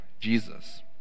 Jesus